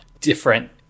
different